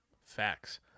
Facts